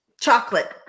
Chocolate